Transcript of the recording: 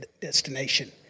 destination